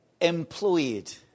employed